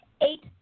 eight